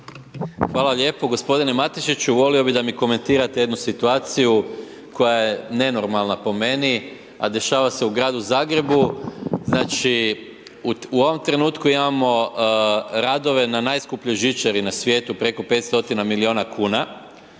Hvala lijepo. g. Matešiću, volio bi da mi komentirate jednu situaciju koja je nenormalna po meni, a dešava se u Gradu Zagrebu. Znači, u ovom trenutku imamo radove na najskupljoj žičari na svijetu, preko 500 milijuna kuna